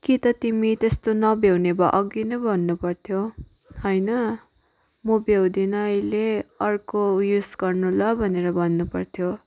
कि त तिमी त्यस्तो नभ्याउने भए अघि नै भन्नु पर्थ्यो होइन म भ्याउँदिनँ अहिले अर्को उयस गर्नु ल भनेर भन्नु पर्थ्यो